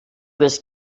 was